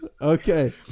Okay